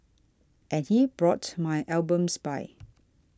and he brought my albums by